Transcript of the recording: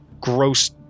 gross